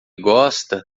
gosta